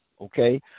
Okay